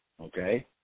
okay